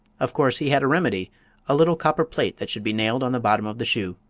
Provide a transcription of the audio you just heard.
of course he had a remedy a little copper plate that should be nailed on the bottom of the shoe.